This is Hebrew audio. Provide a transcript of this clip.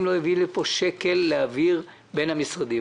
לא הביא לפה שקל להעביר בין המשרדים,